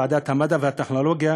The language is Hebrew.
ועדת המדע והטכנולוגיה,